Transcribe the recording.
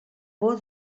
por